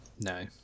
No